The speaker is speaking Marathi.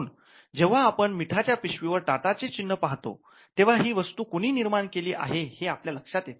म्हणून जेव्हा आपण मिठाच्या पिशवीवर टाटाचे चिन्ह पाहतो तेव्हा ही वस्तु कोणी निर्माण केलेली आहे हे आपल्या लक्षात येते